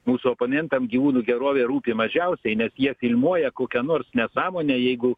mūsų oponentam gyvūnų gerovė rūpi mažiausiai nes jie filmuoja kokią nors nesąmonę jeigu